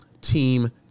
team